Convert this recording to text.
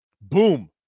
boom